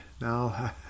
now